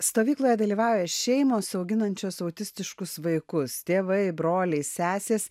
stovykloje dalyvauja šeimos auginančios autistiškus vaikus tėvai broliai sesės